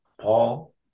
Paul